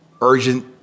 urgent